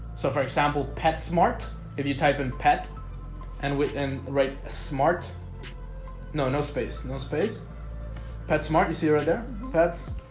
so for example petsmart if you type in pet and within write a smart no, no space and no space petsmart you see right there pets?